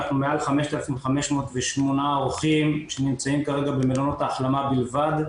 אנחנו מעל 5,508 אורחים שנמצאים כרגע במלונות ההחלמה בלבד,